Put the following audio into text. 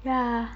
ya